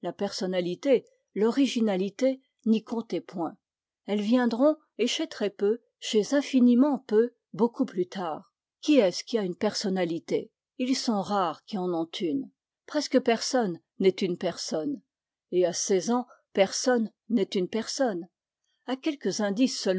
personnalité l'originalité n'y comptez point elles viendront et chez très peu chez infiniment peu beaucoup plus tard qui est-ce qui a une personnalité ils sont rares qui en ont une presque personne n'est une personne et à seize ans personne n'est une personne à quelques indices